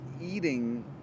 eating